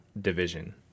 division